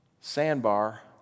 sandbar